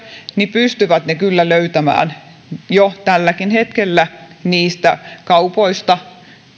pystyvät ne kyllä löytämään jo tälläkin hetkellä niistä kaupoista